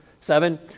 seven